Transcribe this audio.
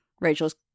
Rachel's